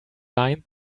lined